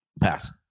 pass